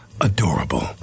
adorable